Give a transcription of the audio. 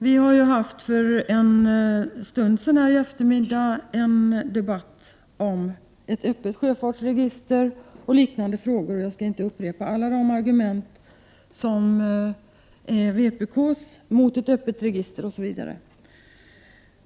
Vi har ju för en stund sedan haft en debatt om ett öppet sjöfartsregister och liknande frågor, och jag skall därför inte upprepa alla vpk:s argument mot ett öppet register.